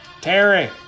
Terry